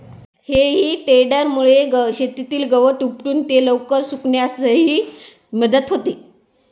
हेई टेडरमुळे शेतातील गवत उपटून ते लवकर सुकण्यासही मदत होते